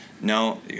no